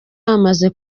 bamaze